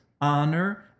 honor